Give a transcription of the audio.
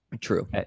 True